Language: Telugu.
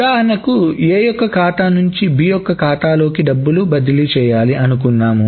ఉదాహరణకి A యొక్క ఖాతా నుంచి B యొక్క ఖాతాలోకి డబ్బు బదిలీ చేయాలి అనుకున్నాం